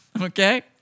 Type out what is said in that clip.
okay